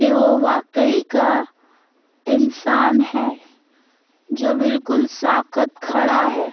کہ وہ واقعی کا انسان ہے جو بالکل ساکت کھڑا ہے